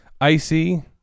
Icy